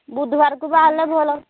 ବୁଧବାରକୁ ବାହାରିଲେ ଭଲ